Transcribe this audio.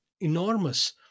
enormous